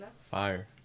fire